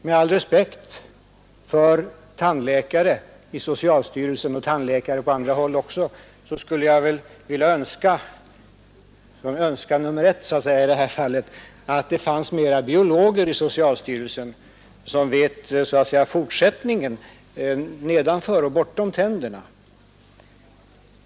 Med all respekt för tandläkarna i socialstyrelsen och tandläkarna på andra håll skulle jag vilja önska — det är min första önskan — att det i socialstyrelsen skulle finnas flera biologer — de som, så att säga, vet fortsättningen, nedanför och bortom tänderna.